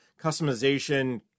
customization